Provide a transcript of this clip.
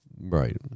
Right